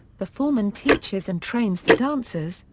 the foreman teaches and trains the dancers,